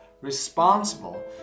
responsible